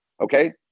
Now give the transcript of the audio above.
Okay